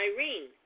Irene